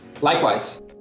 likewise